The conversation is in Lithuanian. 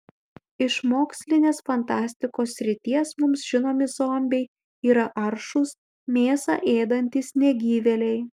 iš mokslinės fantastikos srities mums žinomi zombiai yra aršūs mėsą ėdantys negyvėliai